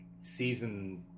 season